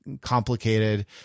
complicated